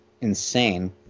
insane